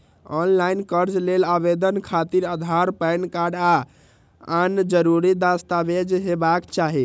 ऑनलॉन कर्ज लेल आवेदन खातिर आधार, पैन कार्ड आ आन जरूरी दस्तावेज हेबाक चाही